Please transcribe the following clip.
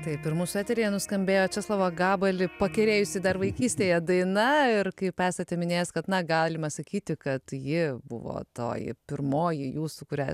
taip ir mūsų eteryje nuskambėjo česlovą gabalį pakerėjusi dar vaikystėje daina ir kaip esate minėjęs kad na galima sakyti kad ji buvo toji pirmoji jūsų kurią